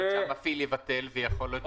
יכול להיות שהמפעיל יבטל ויכול להיות שלא.